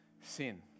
sin